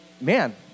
man